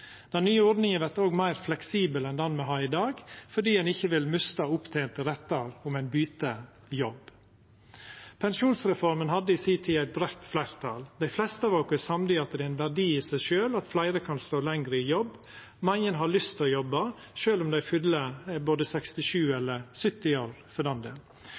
Den nye ordninga vert òg meir fleksibel enn den me har i dag, fordi ein ikkje vil mista opptente rettar om ein byter jobb. Pensjonsreforma hadde i si tid eit breitt fleirtal. Dei fleste av oss er samde om at det er ein verdi i seg sjølv at fleire kan stå lenger i jobb. Mange har lyst til å jobba sjølv om dei fyller 67 år, eller 70 år for den del. Det